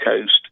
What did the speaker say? Coast